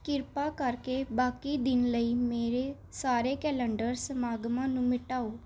ਕਿਰਪਾ ਕਰਕੇ ਬਾਕੀ ਦਿਨ ਲਈ ਮੇਰੇ ਸਾਰੇ ਕੈਲੰਡਰ ਸਮਾਗਮਾਂ ਨੂੰ ਮਿਟਾਓ